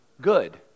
good